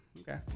Okay